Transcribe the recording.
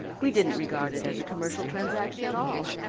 we didn't regard it as a commercial transaction at all.